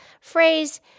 phrase